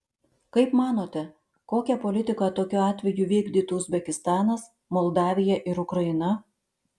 kaip manote kokią politiką tokiu atveju vykdytų uzbekistanas moldavija ir ukraina